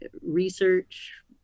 research